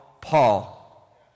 Paul